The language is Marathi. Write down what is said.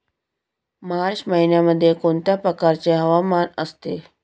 मार्च महिन्यामध्ये कोणत्या प्रकारचे हवामान असते?